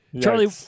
Charlie